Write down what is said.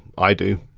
i do.